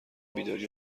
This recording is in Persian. بیداری